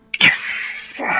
Yes